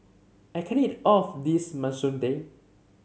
I can't eat all of this Masoor Dal